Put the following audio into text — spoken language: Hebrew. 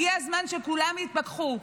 הגיע הזמן שכולם יתפכחו.